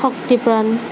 শক্তিপ্ৰাণ